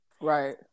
Right